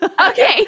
okay